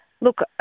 Look